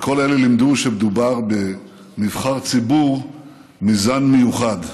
וכל אלה לימדו שמדובר בנבחר ציבור מזן מיוחד.